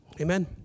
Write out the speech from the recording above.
amen